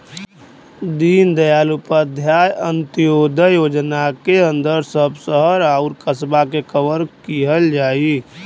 दीनदयाल उपाध्याय अंत्योदय योजना के अंदर सब शहर आउर कस्बा के कवर किहल जाई